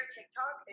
TikTok